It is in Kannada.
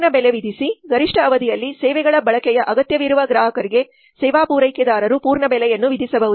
ಪೂರ್ಣ ಬೆಲೆ ವಿಧಿಸಿ ಗರಿಷ್ಠ ಅವಧಿಯಲ್ಲಿ ಸೇವೆಗಳ ಬಳಕೆಯ ಅಗತ್ಯವಿರುವ ಗ್ರಾಹಕರಿಗೆ ಸೇವಾ ಪೂರೈಕೆದಾರರು ಪೂರ್ಣ ಬೆಲೆಯನ್ನು ವಿಧಿಸಬಹುದು